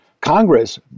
Congress